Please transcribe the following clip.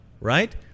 right